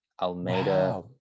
Almeida